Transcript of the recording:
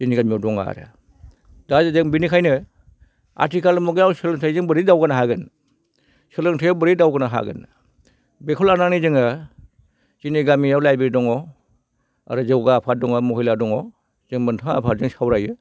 जोंनि गामियाव दं आरो दा जुदि आं बेनिखायनो आथिखाल मुगायाव सोलोंथाइजों बोरै दावगानो हागोन सोलोंथाइआव बोरै दावगानो हागोन बेखौ लानानै जोङो जोंनि गामियाव लाइब्रेरि दङ आरो जौगा आफाद दङ महिला दङ जों मोनथाम आफादजों सावरायो